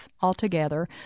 altogether